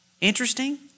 Interesting